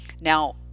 Now